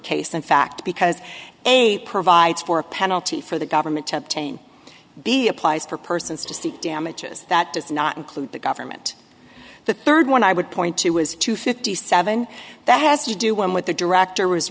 case in fact because a provides for a penalty for the government to obtain b applies for persons to seek damages that does not include the government the third one i would point to was two fifty seven that has to do one with the director was